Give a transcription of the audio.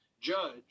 Judge